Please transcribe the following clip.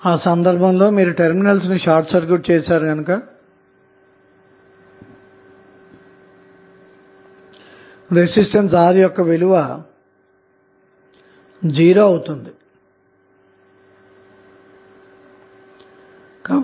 ఈ సందర్భంలో మీరు టెర్మినల్స్ షార్ట్ సర్క్యూట్ చేసారు కనుక రెసిస్టెన్స్ R యొక్క విలువ '0' ఉంటుంది అందువలన లోడ్ కి ఎటువంటి పవర్ అన్నది సరఫరా అవ్వదన్నమాట అంటే పవర్ '0' ఉంటుందన్నమాట